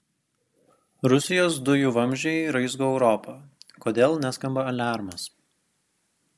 rusijos dujų vamzdžiai raizgo europą kodėl neskamba aliarmas